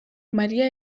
mariya